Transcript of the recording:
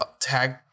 tag